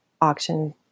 auction